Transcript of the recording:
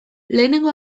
lehenengo